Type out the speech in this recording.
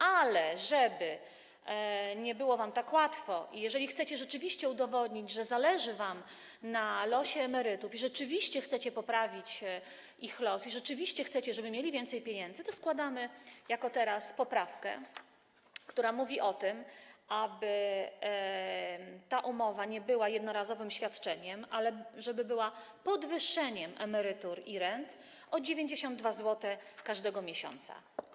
Ale żeby nie było wam tak łatwo i jeżeli chcecie rzeczywiście udowodnić, że zależy wam na losie emerytów i rzeczywiście chcecie poprawić ich los i rzeczywiście chcecie, żeby mieli więcej pieniędzy, to składamy teraz poprawkę, która mówi o tym, aby ta umowa nie była jednorazowym świadczeniem, ale podwyższeniem emerytur i rent o 92 zł każdego miesiąca.